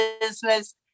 business